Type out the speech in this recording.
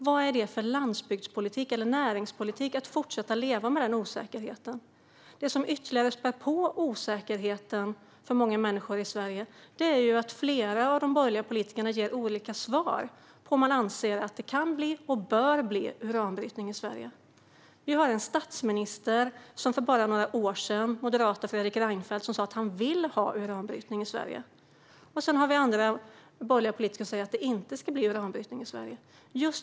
Vad är det för landsbygdspolitik eller näringspolitik att fortsätta leva med den osäkerheten? Det som ytterligare spär på osäkerheten för många människor i Sverige är att flera av de borgerliga politikerna ger olika svar på om man anser att det kan och bör ske uranbrytning i Sverige. Vi hade för bara några år sedan en statsminister, Moderaternas Fredrik Reinfeldt, som sa att han ville ha uranbrytning i Sverige. Sedan har vi andra borgerliga politiker som säger att det inte ska bli uranbrytning i Sverige.